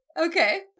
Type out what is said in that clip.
okay